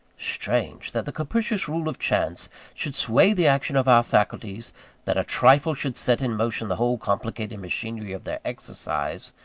strange! that the capricious rule of chance should sway the action of our faculties that a trifle should set in motion the whole complicated machinery of their exercise,